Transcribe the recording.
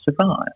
survive